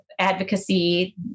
advocacy